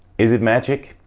is it magic?